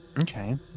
Okay